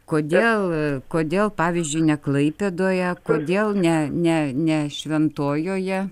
kodėl kodėl pavyzdžiui ne klaipėdoje kodėl ne ne ne šventojoje